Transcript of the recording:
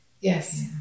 Yes